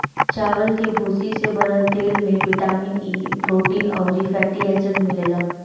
चावल के भूसी से बनल तेल में बिटामिन इ, प्रोटीन अउरी फैटी एसिड मिलेला